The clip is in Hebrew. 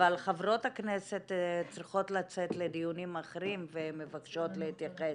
אבל חברות הכנסת צריכות לצאת לדיונים אחרים ומבקשות להתייחס.